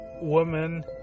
woman